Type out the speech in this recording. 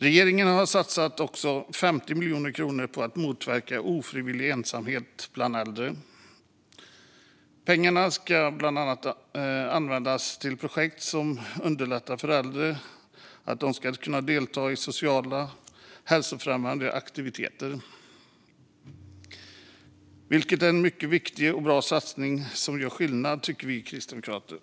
Regeringen satsar också 50 miljoner kronor på att motverka ofrivillig ensamhet bland äldre. Pengarna ska bland annat användas till projekt som ska underlätta för äldre att delta i sociala och hälsofrämjande aktiviteter. Det är en mycket viktig och bra satsning som gör skillnad, tycker vi kristdemokrater.